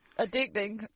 addicting